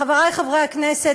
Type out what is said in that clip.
חברי חברי הכנסת,